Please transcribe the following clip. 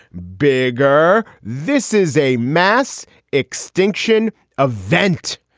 bigger. this is a mass extinction event.